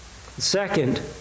Second